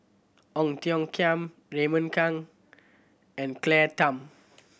Ong Tiong Khiam Raymond Kang and Claire Tham